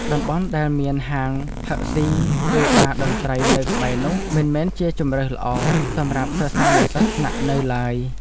តំបន់ដែលមានហាងផឹកស៊ីឬបារតន្ត្រីនៅក្បែរនោះមិនមែនជាជម្រើសល្អសម្រាប់សិស្សានុសិស្សស្នាក់នៅឡើយ។